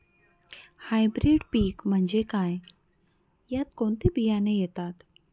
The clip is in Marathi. हायब्रीड पीक म्हणजे काय? यात कोणते बियाणे येतात?